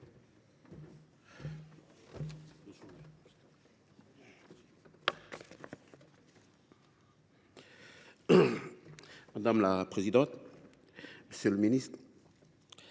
Madame la présidente, monsieur le ministre,